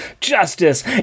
Justice